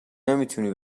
نمیتونی